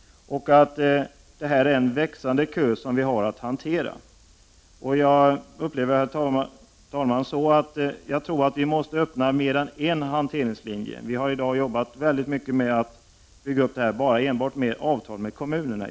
Det rör sig om en växande kö som man har att hantera. Jag ser det som att vi måste öppna mer än en hanteringslinje. Vi har arbetat hårt med att bygga upp detta enbart genom avtal med kommunerna.